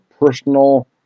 personal